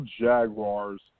Jaguars